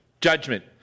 judgment